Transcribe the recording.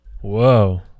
Whoa